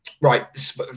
right